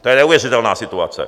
To je neuvěřitelná situace.